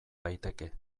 daiteke